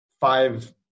five